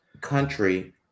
country